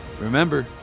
Remember